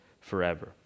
forever